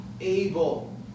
able